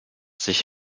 sich